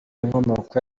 inkomoko